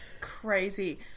Crazy